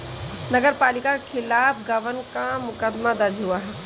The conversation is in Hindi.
नगर पालिका के खिलाफ गबन का मुकदमा दर्ज हुआ है